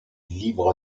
libre